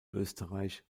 österreich